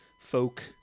folk